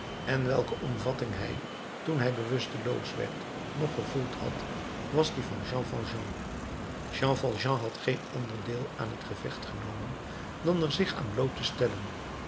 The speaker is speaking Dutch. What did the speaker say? en welke omvatting hij toen hij bewusteloos werd nog gevoeld had was die van jean valjean jean valjean had geen ander deel aan het gevecht genomen dan er zich aan bloot te stellen